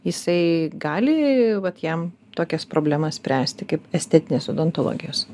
jisai gali vat jam tokias problemas spręsti kaip estetinės odontologijos